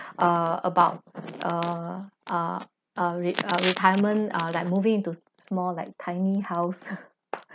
ah about uh uh uh re~ ah retirement ah like moving into s~small like tiny house